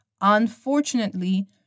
Unfortunately